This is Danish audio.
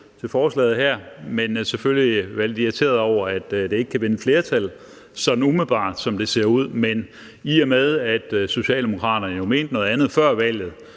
til forslaget her, men selvfølgelig være lidt irriteret over, at det ikke kan vinde flertal sådan umiddelbart, som det ser ud. Men i og med at Socialdemokraterne jo mente noget andet før valget,